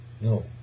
No